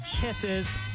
Kisses